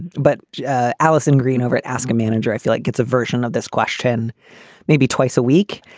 but alison green over it. ask a manager, if you like, gets a version of this question maybe twice a week.